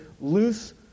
loose